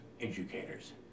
educators